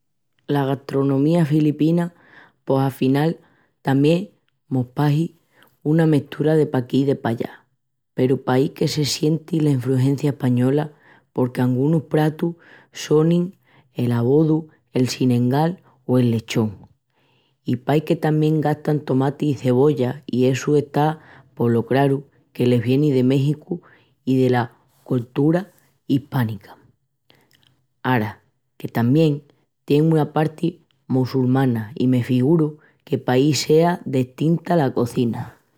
La gastronomía filipina pos afinal tamién mos pahi una mestura de paquí i de pallá. Peru pahi que se sienti la infrugencia española porque angunus pratus sonin el adobu, el sinengán o el lechón. I pahi que tamién gastan tomati i cebolla i essu está polo craru que les vieni de Méxicu i dela coltura ispánica. Ara, que tamién tien una parti mossulmana i me figuru que paí sea destinta la cozina.